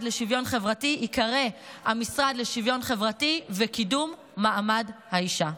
לשוויון חברתי ייקרא המשרד לשוויון חברתי וקידום מעמד האישה.